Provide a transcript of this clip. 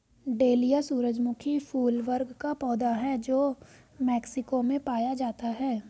dahlia सूरजमुखी फूल वर्ग का पौधा है जो मेक्सिको में पाया जाता है